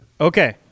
Okay